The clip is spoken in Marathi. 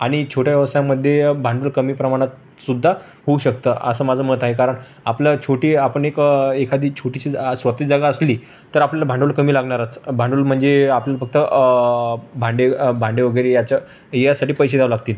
आणि छोट्या व्यवसायमध्ये भांडवल कमी प्रमाणातसुद्धा होऊ शकतं असं माझं मत आहे कारण आपलं छोटी आपण एक एखादी छोटीशी जा स्वोती जागा असली तर आपल्याला भांडवल कमी लागणारच भांडवल म्हणजे आपल फक्त भांडे भांडे वगरे याच्य यासाठी पैसे द्यावे लागतील